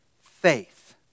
faith